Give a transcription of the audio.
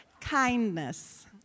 Kindness